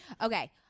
Okay